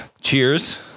Cheers